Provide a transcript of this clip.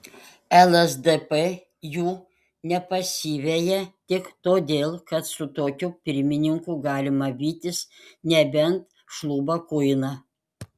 lsdp jų nepasiveja tik todėl kad su tokiu pirmininku galima vytis nebent šlubą kuiną